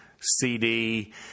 CD